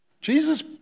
Jesus